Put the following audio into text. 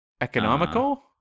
Economical